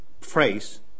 phrase